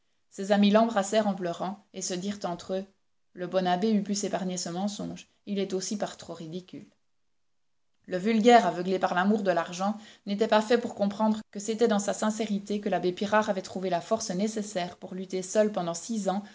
ces amis l'embrassèrent en pleurant et se dirent entre eux le bon abbé eût pu s'épargner ce mensonge il est aussi par trop ridicule le vulgaire aveuglé par l'amour de l'argent n'était pas fait pour comprendre que c'était dans sa sincérité que l'abbé pirard avait trouvé la force nécessaire pour lutter seul pendant six ans